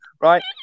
Right